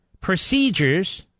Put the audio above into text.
procedures